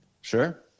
Sure